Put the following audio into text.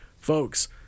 Folks